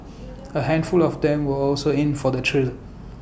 A handful of them were also in for the thrill